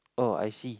oh I see